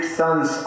sons